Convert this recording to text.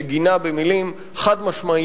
שגינה במלים חד-משמעיות